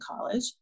college